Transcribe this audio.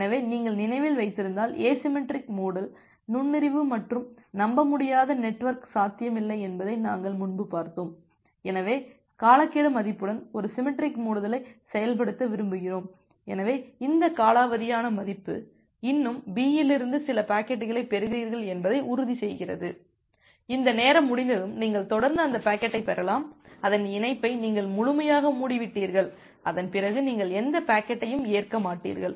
எனவே நீங்கள் நினைவில் வைத்திருந்தால் எசிமெட்ரிக் மூடல் நுண்ணறிவு மற்றும் நம்பமுடியாத நெட்வொர்க் சாத்தியமில்லை என்பதை நாங்கள் முன்பு பார்த்தோம் எனவே காலக்கெடு மதிப்புடன் ஒரு சிமெட்ரிக் மூடுதலை செயல்படுத்த விரும்புகிறோம் எனவே இந்த காலாவதியான மதிப்பு இன்னும் B இலிருந்து சில பாக்கெட்டுகளைப் பெறுகிறீர்கள் என்பதை உறுதிசெய்கிறது இந்த நேரம் முடிந்ததும் நீங்கள் தொடர்ந்து அந்த பாக்கெட்டைப் பெறலாம் அந்த இணைப்பை நீங்கள் முழுமையாக மூடிவிட்டீர்கள் அதன் பிறகு நீங்கள் எந்த பாக்கெட்டையும் ஏற்க மாட்டீர்கள்